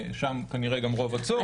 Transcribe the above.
שם גם רוב הצורך.